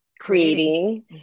creating